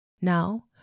Now